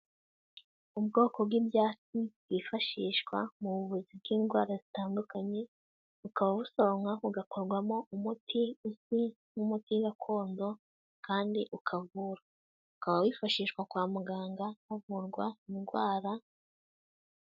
Ubwoko bw'ibyatsi bwifashishwa mu buvuzi bw'indwara zitandukanye, bukaba busoroka bugakorwamo umutira, uzwi nk'umuti gakondo kandi ukavura. ukaba wifashishwa kwa muganga havurwa indwara...